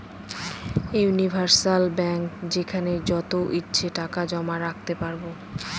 universal bank যেখানে যত ইচ্ছে টাকা জমা রাখতে পারবো